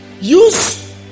Use